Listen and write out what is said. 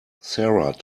sarah